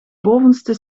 bovenste